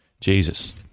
Jesus